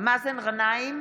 מאזן גנאים,